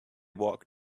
walked